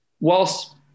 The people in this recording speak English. whilst